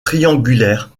triangulaire